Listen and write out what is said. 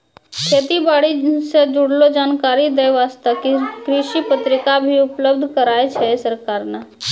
खेती बारी सॅ जुड़लो जानकारी दै वास्तॅ कृषि पत्रिका भी उपलब्ध कराय छै सरकार नॅ